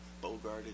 Bogart